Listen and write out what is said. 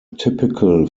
typical